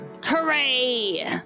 Hooray